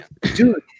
Dude